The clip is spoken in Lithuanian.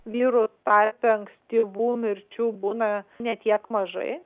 vyrų tarpe ankstyvų mirčių būna ne tiek mažai